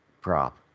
prop